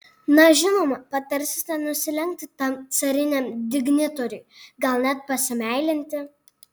na žinoma patarsite nusilenkti tam cariniam dignitoriui gal net pasimeilinti